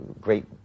great